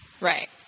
Right